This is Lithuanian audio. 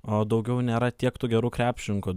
o daugiau nėra tiek tų gerų krepšininkų